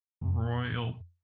royal